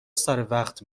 سروقت